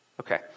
Okay